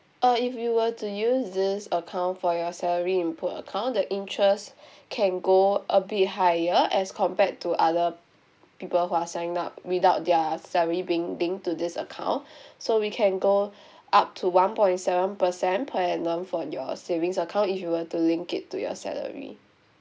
uh if you were to use this account for your salary input account the interest can go a bit higher as compared to other people who are saving up without their salary being linked to this account so we can go up to one point seven per cent per annum for your savings account if you were to link it to your salary